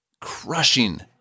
crushing